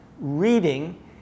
reading